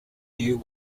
new